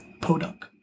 Podunk